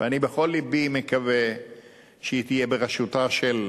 אני בכל לבי מקווה שהיא תהיה בראשותה של